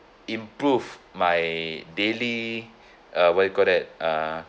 improve my daily uh what you call that uh